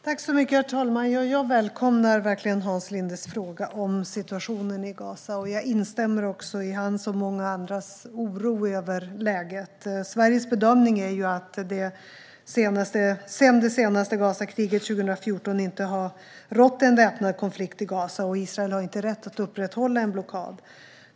Herr talman! Jag välkomnar verkligen Hans Lindes fråga om situationen i Gaza. Jag instämmer också i hans och många andras oro över läget. Sveriges bedömning är att det sedan det senaste Gazakriget 2014 inte har rått en väpnad konflikt i Gaza och att Israel inte har rätt att upprätthålla en blockad.